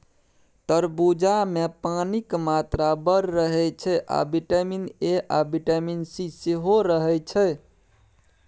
तरबुजामे पानिक मात्रा बड़ रहय छै आ बिटामिन ए आ बिटामिन सी सेहो रहय छै